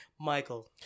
Michael